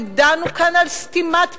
ודנו כאן על סתימת פיות,